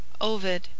Ovid